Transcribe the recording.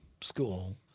school